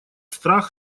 страх